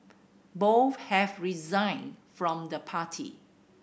both have resigned from the party